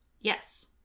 yes